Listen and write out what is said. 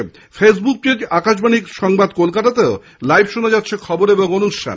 এছাড়াও Facebook page Akashvani সংবাদ কলকাতাতে লাইভ শোনা যাচ্ছে খবর ও অনুষ্ঠান